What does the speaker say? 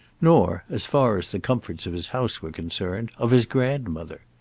nor, as far as the comforts of his house were concerned, of his grandmother.